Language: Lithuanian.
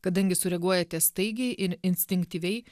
kadangi sureaguojate staigiai ir instinktyviai